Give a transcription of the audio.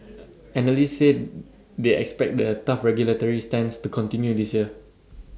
analysts say they expect the tough regulatory stance to continue this year